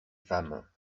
femmes